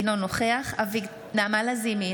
אינו נוכח נעמה לזימי,